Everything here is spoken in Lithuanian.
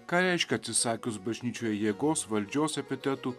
ką reiškia atsisakius bažnyčioje jėgos valdžios epitetų